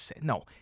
no